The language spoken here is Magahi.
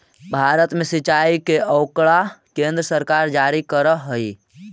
भारत में सिंचाई के आँकड़ा केन्द्र सरकार जारी करऽ हइ